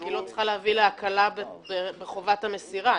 רק שהיא לא צריכה להביא להקלה בחובת המסירה.